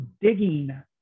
digging